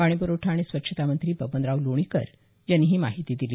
पाणीपुरवठा आणि स्वच्छता मंत्री बबनराव लोणीकर यांनी ही माहिती दिली